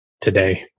today